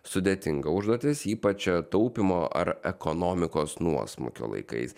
sudėtinga užduotis ypač taupymo ar ekonomikos nuosmukio laikais